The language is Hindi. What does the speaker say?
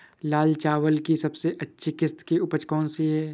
लाल चावल की सबसे अच्छी किश्त की उपज कौन सी है?